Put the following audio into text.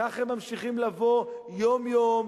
כך הם ממשיכים לבוא יום-יום,